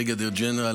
בריגדיר ג'נרל,